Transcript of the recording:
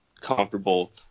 comfortable